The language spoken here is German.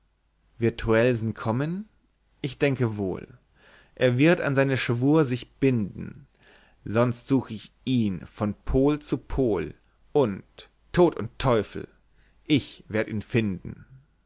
truelsen kommen ich denke wohl er wird an seinen schwur sich binden sonst such ich ihn von pol zu pol und tod und teufel ich werd ihn finden